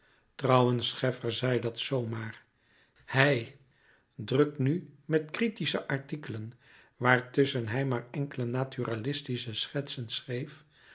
trouwens scheffer zei dat zoo maar hij druk nu met kritische artikelen waartusschen hij maar enkele naturalistische schetsen schreef